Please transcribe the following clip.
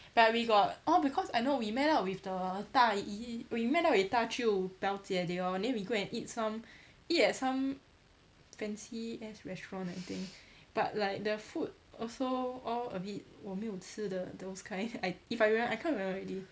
but we got orh because I know we met up with the 大姨 we met up with 大舅表姐 they all then we go and eat some eat at some fancy ass restaurant I think but like the food also all a bit 我没有吃的 those kind I if I remem~ I can't remember already